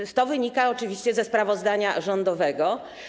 I to wynika oczywiście ze sprawozdania rządowego.